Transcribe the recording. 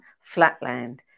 Flatland